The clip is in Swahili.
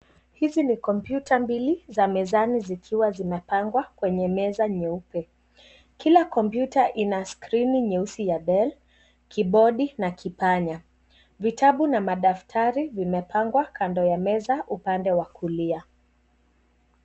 Hizi ni kompyuta mbili za mezani zikiwa zimepangwa kwenye meza nyeupe, kila kompyuta ina skrini nyeusi ya Dell, kibodi na kipanya, vitabu na madaftari vimepangwa kando ya meza upande wa kulia.